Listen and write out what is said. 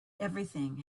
everything